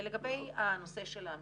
לגבי הנושא של המגזרים.